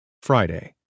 Friday